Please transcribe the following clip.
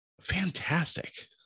fantastic